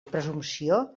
presumpció